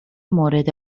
مورد